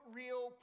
real